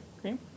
Cream